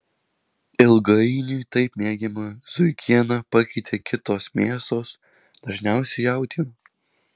ilgainiui taip mėgiamą zuikieną pakeitė kitos mėsos dažniausiai jautiena